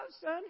son